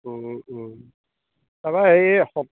তাৰমানে হেৰি